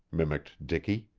mimicked dicky.